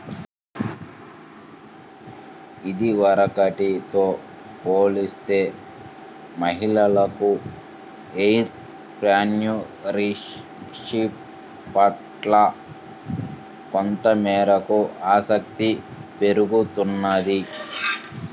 ఇదివరకటితో పోలిస్తే మహిళలకు ఎంటర్ ప్రెన్యూర్షిప్ పట్ల కొంతమేరకు ఆసక్తి పెరుగుతున్నది